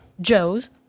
Joe's